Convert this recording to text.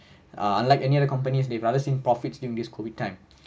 ah unlike any other companies they rather seen profits during this COVID time